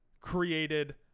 created